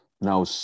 Now